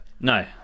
No